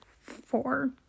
four